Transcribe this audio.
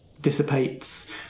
dissipates